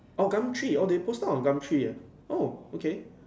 orh Gumtree oh they posted on Gumtree ah oh okay